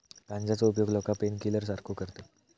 गांजाचो उपयोग लोका पेनकिलर सारखो करतत